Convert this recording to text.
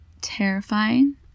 terrifying